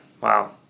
Wow